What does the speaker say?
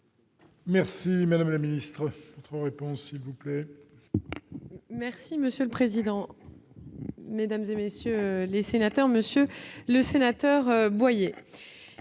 Merci madame la ministre,